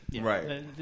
Right